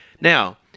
Now